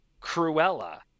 Cruella